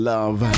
Love